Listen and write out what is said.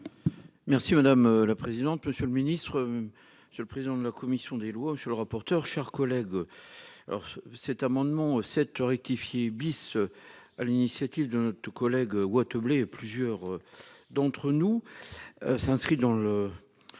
Merci madame la présidente, monsieur le ministre. C'est le président de la commission des lois. Monsieur le rapporteur, chers collègues. Alors ce cet amendement cette rectifier bis. À l'initiative de notre collègue. Et plusieurs. D'entre nous.